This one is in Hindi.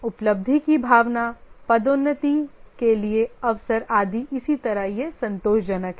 उपलब्धि की भावना पदोन्नति के लिए अवसर आदि इसी तरह ये संतोषजनक हैं